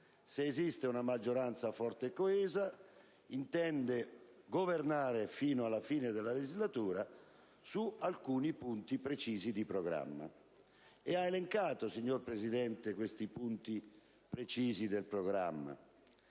Se esiste una maggioranza forte e coesa, intende governare fino alla fine della legislatura su alcuni punti precisi di programma. Lei, signor Presidente del Consiglio, ha elencato questi punti precisi del programma: